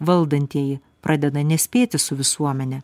valdantieji pradeda nespėti su visuomene